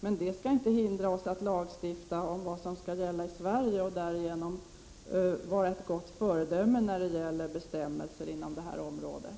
Men det skall inte hindra oss från att lagstifta om vad som skall gälla i Sverige och därigenom vara ett gott föredöme när det gäller bestämmelser inom det här området.